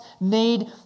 need